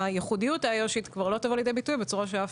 הייחודיות האיו"שית כבר לא תבוא לידי ביטוי בצורה שאף